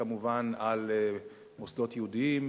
וכמובן על מוסדות יהודיים.